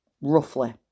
roughly